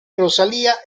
rosalia